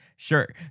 Sure